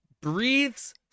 breathes